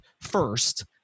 first